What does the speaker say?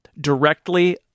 directly